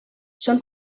són